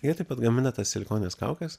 jie taip pat gamina tas silikonines kaukes